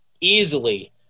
Easily